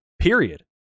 period